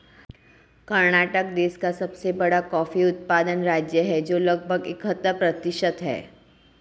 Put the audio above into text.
कर्नाटक देश का सबसे बड़ा कॉफी उत्पादन राज्य है, जो लगभग इकहत्तर प्रतिशत है